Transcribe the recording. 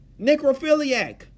Necrophiliac